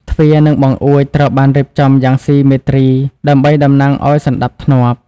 ទ្វារ និង បង្អួច ត្រូវបានរៀបចំយ៉ាងស៊ីមេទ្រី ដើម្បីតំណាងឱ្យសណ្តាប់ធ្នាប់។